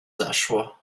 zaszło